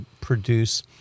produce